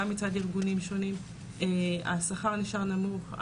גם מצד ארגונים שונים השכר נשאר נמוך,